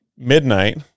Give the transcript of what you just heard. midnight